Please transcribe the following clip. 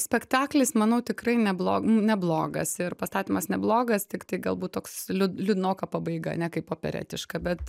spektaklis manau tikrai neblog neblogas ir pastatymas neblogas tik tai galbūt toks liūd liūdnoka pabaiga ne kaip operetiška bet